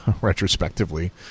retrospectively